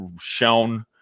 shown